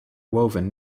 woven